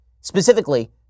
specifically